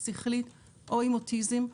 שכלית או עם אוטיזם,